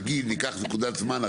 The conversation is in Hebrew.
נגיד ניקח נקודת זמן,